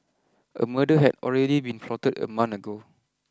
a murder had already been plotted a month ago